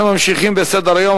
אנחנו ממשיכים בסדר-היום.